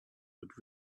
would